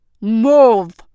Move